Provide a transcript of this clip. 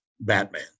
batman